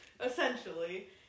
Essentially